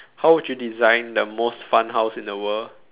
how would you design the most fun house in the world